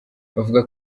bavuga